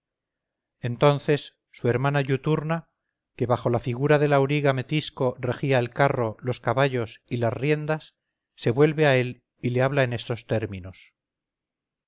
entonces su hermana iuturna que bajo la figura del auriga metisco regía el carro los caballos y las riendas se vuelve a él y le habla en estos términos